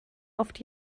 oft